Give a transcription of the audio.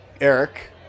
Eric